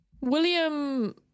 William